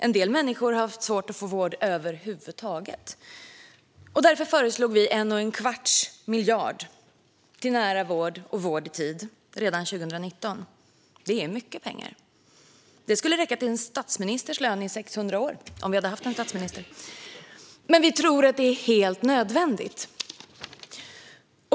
En del människor har haft svårt att få vård över huvud taget. Därför föreslog vi 1 1⁄4 miljard till nära vård och vård i tid redan 2019. Det är mycket pengar. Det skulle räcka till en statsministers lön i 600 år, om vi hade haft en statsminister. Men vi tror att det är helt nödvändigt.